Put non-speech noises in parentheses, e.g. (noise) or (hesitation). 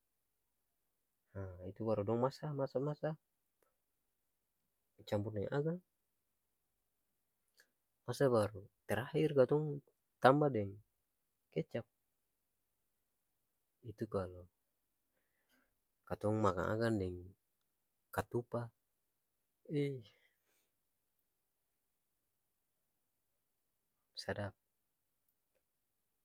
Nah itu baru dong masa, masa masa campor deng akang, masa baru terahir katong tamba deng kecap, itu kalu katong makang akang deng katup (hesitation) sadap.